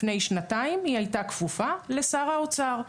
לפני שנתיים היא הייתה כפופה לשר האוצר.